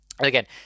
Again